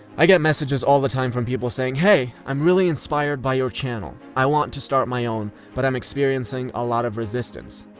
i get messages all the time from people saying, hey, i'm really inspired by your channel. i want to start my own, but i'm experiencing a lot of resistance.